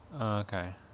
Okay